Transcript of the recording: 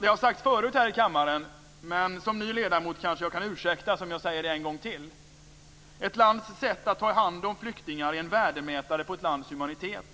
Det har sagts förut här i kammaren, men som ny ledamot kanske jag kan ursäktas om jag säger det en gång till: Ett lands sätt att ta hand om flyktingar är en värdemätare på landets humanitet.